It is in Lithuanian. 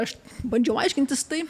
aš bandžiau aiškintis tai